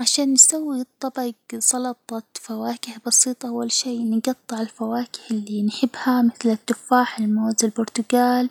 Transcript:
عشان نسوي طبج سلطة فواكه بسيطة، أول شي نجطع الفواكه اللي نحبها مثل التفاح، الموز، البرتجال،